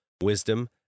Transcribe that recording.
wisdom